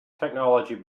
technology